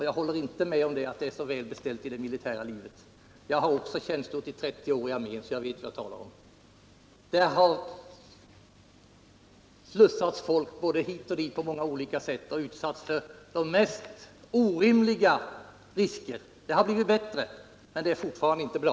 Jag håller inte med om att det är så väl beställt i det militära livet. Jag har också tjänstgjort i armén i 30 år, så jag vet vad jag talar om. Där har slussats folk både hit och dit på många olika sätt, och man har utsatts för de mest orimliga risker. Det har blivit bättre, men det är fortfarande inte bra.